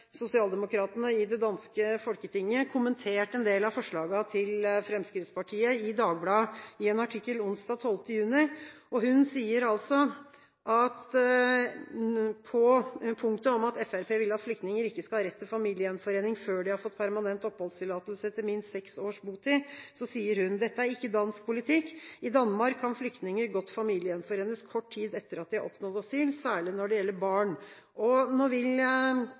Socialdemokraterne i det danske Folketinget, har kommentert en del av forslagene til Fremskrittspartiet i Dagbladet i en artikkel onsdag 12. juni. På punktet om at Fremskrittspartiet vil at flyktninger ikke skal ha rett til familiegjenforening før de har fått permanent oppholdstillatelse etter minst seks års botid, sier hun at dette ikke er dansk politikk: «I Danmark kan flyktninger godt familiegjenforenes kort tid etter at de har oppnådd asyl, særlig når det gjelder barn.» Tilfeldighetene vil